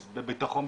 בביטחון,